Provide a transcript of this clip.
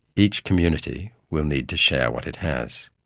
each community will need to share what it has.